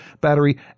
battery